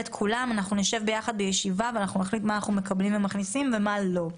נשב בישיבה ונחליט מה אנחנו מקבלים ומה מכניסים ומה לא.